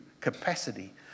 capacity